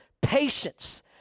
Patience